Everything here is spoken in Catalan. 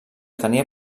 tenia